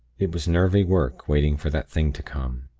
it was nervy work waiting for that thing to come.